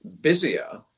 busier